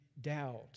doubt